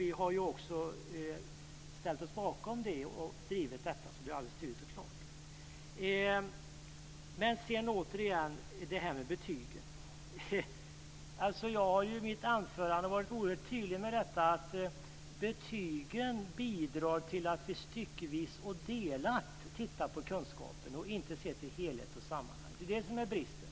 Vi har ju också ställt oss bakom och drivit detta, så det är alldeles tydligt och klart. Sedan återigen detta med betygen. Jag var i mitt anförande väldigt tydlig med detta att betygen bidrar till att man styckvis och delat tittar på kunskapen, att man inte ser till helhet och sammanhang. Det är det som är bristen.